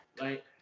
right